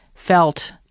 felt